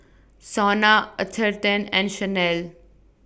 Sona Atherton and Chanel